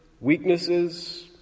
weaknesses